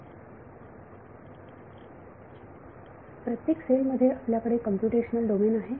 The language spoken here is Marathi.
विद्यार्थी प्रत्येक सेलमध्ये आपल्याकडे कंप्यूटेशनल डोमेन आहे